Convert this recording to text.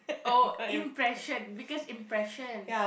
oh impression because impression